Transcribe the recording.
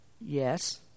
Yes